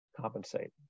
compensate